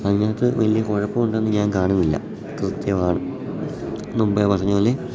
അതിനകത്ത് വലിയ കുഴപ്പം ഉണ്ടെന്ന് ഞാൻ കാണുന്നില്ല കൃത്യമാണ് മുമ്പേ പറഞ്ഞ പോലെ